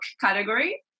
category